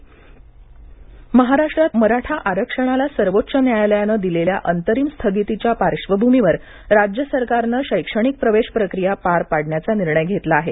प्रवेश महाराष्ट्र महाराष्ट्रात मराठा आरक्षणाला सर्वोच्च न्यायालयानं दिलेल्या अंतरिम स्थगितीच्या पार्श्वभूमीवर राज्य सरकारनं शैक्षणिक प्रवेश प्रक्रिया पार पाडण्याचा निर्णय घेतला आहे